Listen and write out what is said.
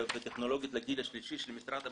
וטכנולוגיות לגיל השלישי של משרד המדע,